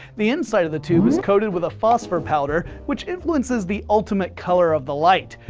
the inside of the tube is coated with a phosphor powder, which influences the ultimate color of the light.